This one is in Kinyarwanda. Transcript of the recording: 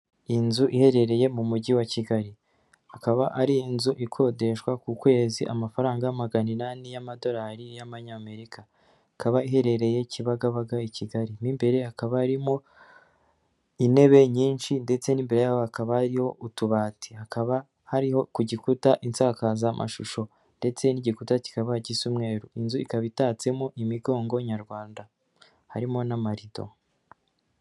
Inzu iherereye mu mugi wa Kigali, akaba ari inzu ikodeshwa ku kwezi amafaranga magana inani y'amadolari y'amanyamerika, ikaba iherereye kibagabaga i Kigali mo imbere hakaba harimo intebe nyinshi ndetse n'imbere yaho hakaba hariyo utubati, hakaba hariho ku gikuta insakazamashusho ndetse n'igikuta kikaba gisa umweru, inzu ikaba itatsemo imigongo nyarwanda harimo n'amarido.